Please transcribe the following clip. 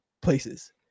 places